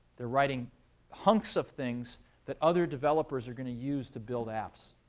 they're writing hunks of things that other developers are going to use to build apps.